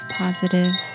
positive